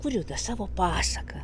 kuriu tą savo pasaką